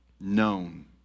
known